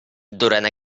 durant